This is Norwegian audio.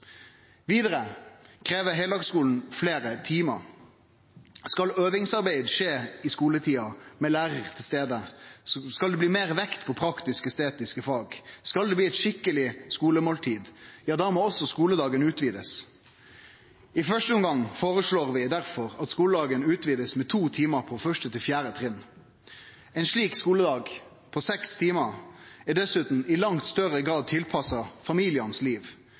Vidare krev heildagsskulen fleire timar. Skal øvingsarbeid skje i skuletida med lærarar til stades, skal det bli meir vekt på praktiske og estetiske fag, og skal det bli eit skikkeleg skulemåltid, må også skuledagen utvidast. I første omgang føreslår vi difor at skuledagen blir utvida med to timar for første til fjerde trinn. Ein slik skuledag, på seks timar, er dessutan i langt større grad tilpassa